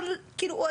כאילו,